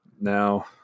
Now